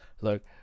Look